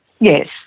Yes